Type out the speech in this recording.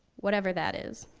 whatever that is.